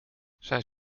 zijn